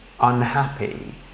unhappy